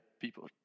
people